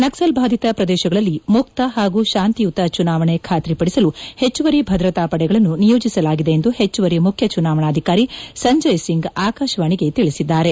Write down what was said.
ನಕ್ಸಲ್ ಬಾಧಿತ ಪ್ರದೇಶಗಳಲ್ಲಿ ಮುಕ್ತ ಹಾಗೂ ಶಾಂತಿಯುತ ಚುನಾವಣೆ ಖಾತ್ರಿಪದಿಸಲು ಹೆಚ್ಚುವರಿ ಭದ್ರತಾ ಪಡೆಗಳನ್ನು ನಿಯೋಜಿಸಲಾಗಿದೆ ಎಂದು ಹೆಚ್ಚುವರಿ ಮುಖ್ಯ ಚುನಾವಣಾಧಿಕಾರಿ ಸಂಜಯ್ ಸಿಂಗ್ ಆಕಾಶವಾಣಿಗೆ ತಿಳಿಸಿದ್ದಾರೆ